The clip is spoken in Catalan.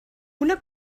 una